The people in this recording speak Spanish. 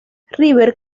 river